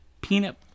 peanut